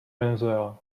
venezuela